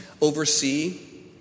oversee